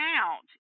out